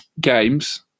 games